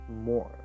more